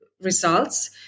results